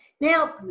Now